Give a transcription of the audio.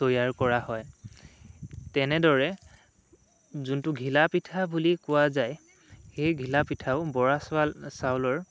তৈয়াৰ কৰা হয় তেনেদৰে যোনটো ঘিলাপিঠা বুলি কোৱা যায় সেই ঘিলাপিঠাও বৰা চৱাল চাউলৰ